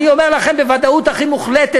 אני אומר לכם בוודאות הכי מוחלטת,